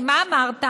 כי מה אמרת?